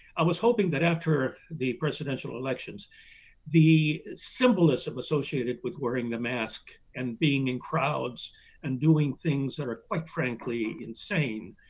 i was hoping that after the presidential elections the simpleness of associated with wearing a mask and being in crowds and doing things that are quite frankly insane